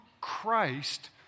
Christ